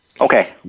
Okay